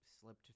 slipped